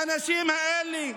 האנשים האלה,